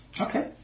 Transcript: okay